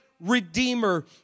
Redeemer